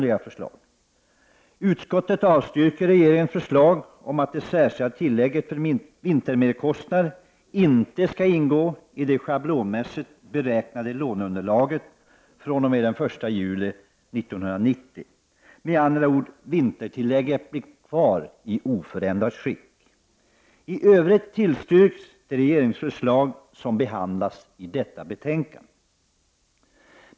Vidare avstyrker utskottet regeringens förslag om att det särskilda tillägget för vintermerkostnader inte skall ingå i det schablonmässigt beräknade låneunderlaget fr.o.m. den 1 juli 1990. Med andra ord: vintertillägget blir kvar i oförändrat skick. I övrigt tillstyrks de regeringsförslag som behandlas i betänkandet.